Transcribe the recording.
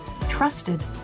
trusted